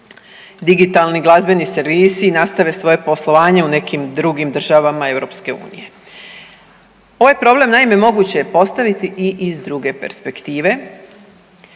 digitalni glazbeni servisi nastave svoje poslovanje u nekim drugim državama Europske unije. Ovaj problem naime moguće je postaviti i iz druge perspektive,